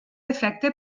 efecte